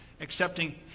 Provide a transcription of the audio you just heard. accepting